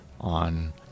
on